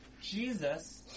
Jesus